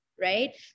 Right